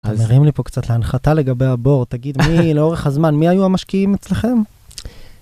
אתה מרים לי פה קצת להנחתה לגבי הבור, תגיד מי, לאורך הזמן, מי היו המשקיעים אצלכם?